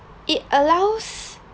it allows